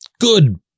good